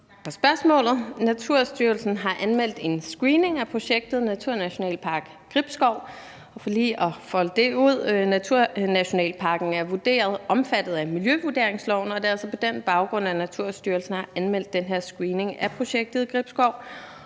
spørgsmålet. Naturstyrelsen har anmeldt en screening af projektet Naturnationalpark Gribskov, og for lige at folde det ud, vil jeg sige, at naturnationalparken er vurderet til at være omfattet af miljøvurderingsloven. Det er altså på den baggrund, at Naturstyrelsen har anmeldt den her screening af projektet i Gribskov